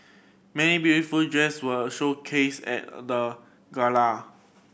many beautiful dress were showcased at the gala